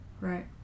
Right